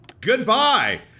Goodbye